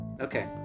Okay